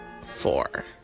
four